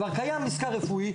כבר קיים מזכר רפואי.